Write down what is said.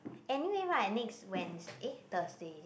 anyway right next Wednes~ eh Thursday is it